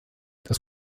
das